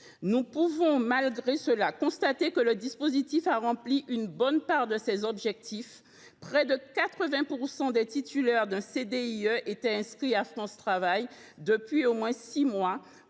Nous pouvons malgré cela constater que le dispositif a d’ores et déjà rempli une bonne part de ses objectifs. Près de 80 % des titulaires d’un CDIE étaient auparavant inscrits à France Travail depuis au moins six mois